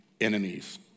enemies